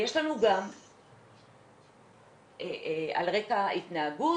ויש לנו גם על רקע התנהגות,